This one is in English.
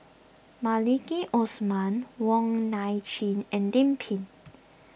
Maliki Osman Wong Nai Chin and Lim Pin